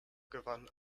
gewann